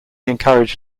encouraged